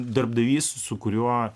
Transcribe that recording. darbdavys su kuriuo